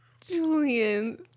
Julian